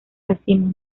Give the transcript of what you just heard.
racimos